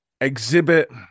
exhibit